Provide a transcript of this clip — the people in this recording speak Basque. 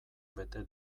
bete